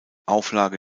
auflage